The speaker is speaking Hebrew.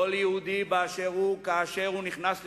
כל יהודי באשר הוא, כאשר הוא נכנס לחופתו,